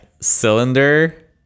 cylinder